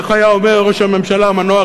איך היה אומר ראש הממשלה המנוח,